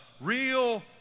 real